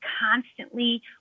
constantly